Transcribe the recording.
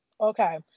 Okay